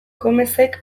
gomezek